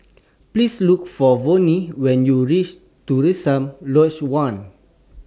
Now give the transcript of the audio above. Please Look For Vonnie when YOU REACH Terusan Lodge one